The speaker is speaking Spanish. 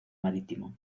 marítimo